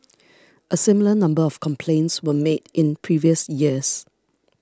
a similar number of complaints were made in previous years